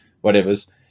whatever's